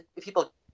people